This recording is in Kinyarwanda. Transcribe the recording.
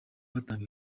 batanga